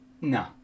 no